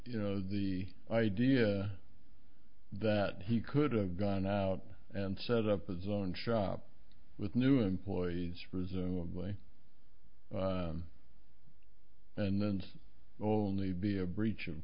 you know the idea that he could have gone out and set up his own shop with new employees for a zoom way and then only be a breach of